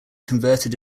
converted